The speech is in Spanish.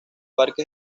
parque